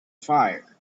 fire